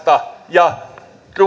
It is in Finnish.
ja